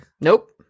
Nope